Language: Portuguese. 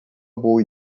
boa